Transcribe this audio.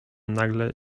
nagle